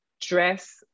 dress